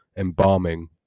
embalming